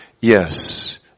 Yes